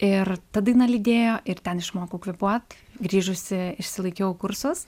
ir ta daina lydėjo ir ten išmokau kvėpuot grįžusi išsilaikiau kursus